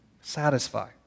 satisfy